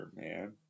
man